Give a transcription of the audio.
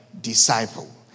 disciple